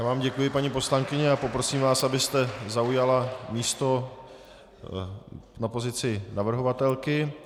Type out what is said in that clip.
Já vám děkuji, paní poslankyně, a poprosím vás, abyste zaujala místo na pozici navrhovatelky.